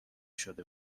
شده